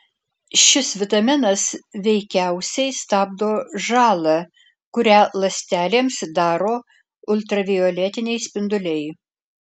šis vitaminas veikiausiai stabdo žalą kurią ląstelėms daro ultravioletiniai spinduliai